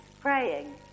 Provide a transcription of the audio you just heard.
praying